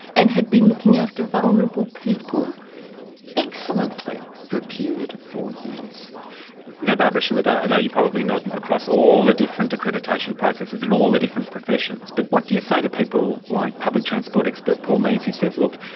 and had been looking after vulnerable people excellently for a period of four years. now, barbara shalit, i know you probably know it, across all the different accreditation processes and all the different professions, but what do you say to people like public transport expert paul mees who says, look,